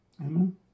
Amen